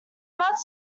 most